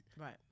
Right